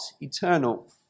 eternal